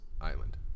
Island